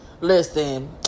listen